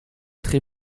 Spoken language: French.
très